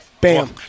Bam